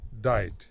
died